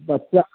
बच्चा